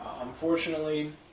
Unfortunately